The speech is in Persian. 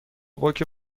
باک